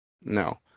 no